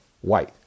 white